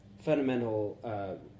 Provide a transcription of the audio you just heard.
fundamental